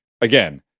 again